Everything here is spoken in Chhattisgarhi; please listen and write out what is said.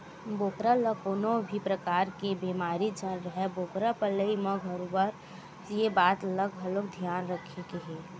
बोकरा ल कोनो भी परकार के बेमारी झन राहय बोकरा पलई म बरोबर ये बात ल घलोक धियान रखे के हे